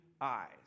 eyes